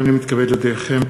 הנני מתכבד להודיעכם,